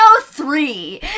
three